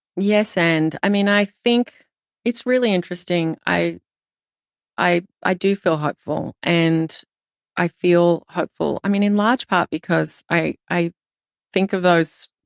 yes. and i mean, i think it's really interesting. i i do feel hopeful. and i feel hopeful, i mean, in large part because i i think of those,